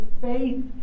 faith